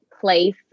place